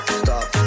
stop